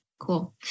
Cool